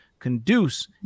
conduce